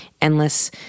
endless